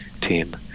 team